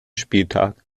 spieltag